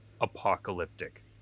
apocalyptic